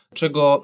czego